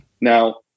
now